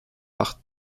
par